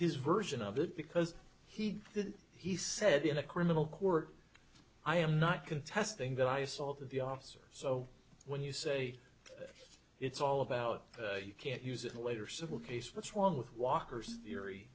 his version of it because he did he said in a criminal court i am not contesting that i saw the officers so when you say it's all about you can't use it later civil case what's wrong with